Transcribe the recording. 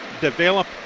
develop